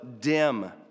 dim